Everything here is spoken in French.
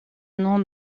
nom